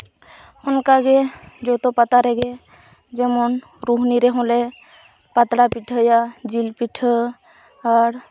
ᱚᱱᱠᱟᱜᱮ ᱡᱚᱛᱚ ᱯᱟᱛᱟ ᱨᱮᱜᱮ ᱡᱮᱢᱚᱱ ᱨᱩᱦᱱᱤ ᱨᱮᱦᱚᱸᱞᱮ ᱯᱟᱛᱲᱟ ᱯᱤᱴᱷᱟᱹᱭᱟ ᱡᱤᱞ ᱯᱤᱴᱷᱟᱹ ᱟᱨ